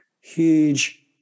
huge